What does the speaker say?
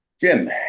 Jim